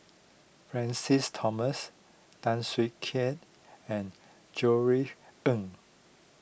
Francis Thomas Tan Siak Kew and Ng